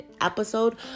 episode